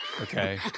okay